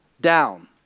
down